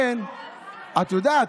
את יודעת,